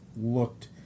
looked